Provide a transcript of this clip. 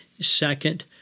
second